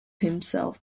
himself